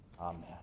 Amen